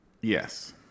Yes